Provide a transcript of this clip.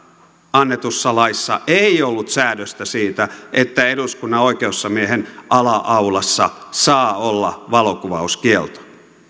annetussa laissa ei ollut säädöstä siitä että eduskunnan oikeusasiamiehen kanslian ala aulassa saa olla valokuvauskielto